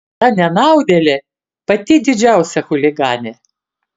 ta nenaudėlė pati didžiausia chuliganė